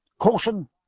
caution